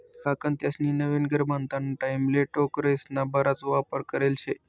काकान त्यास्नी नवीन घर बांधाना टाईमले टोकरेस्ना बराच वापर करेल शे